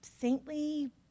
saintly